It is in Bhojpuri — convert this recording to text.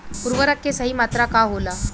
उर्वरक के सही मात्रा का होला?